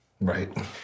Right